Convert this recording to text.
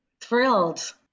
thrilled